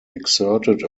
exerted